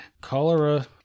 Cholera